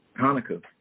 Hanukkah